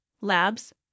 labs